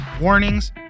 warnings